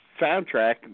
soundtrack